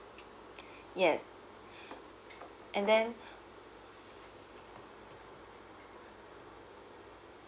yes and then